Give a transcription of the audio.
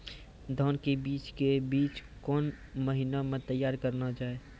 धान के बीज के बीच कौन महीना मैं तैयार करना जाए?